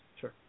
Sure